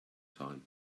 time